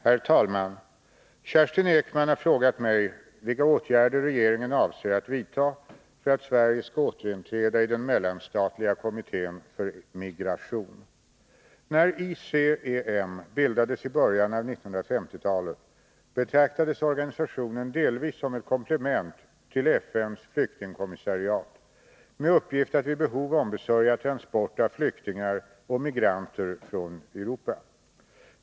Herr talman! Kerstin Ekman har frågat mig vilka åtgärder regeringen avser att vidta för att Sverige skall återinträda i den mellanstatliga kommittén för migration. När ICEM bildades i början av 1950-talet betraktades organisationen delvis som ett komplement till FN:s flyktingkommissariat med uppgift att vid behov ombesörja transport av flyktingar och migranter från Europa.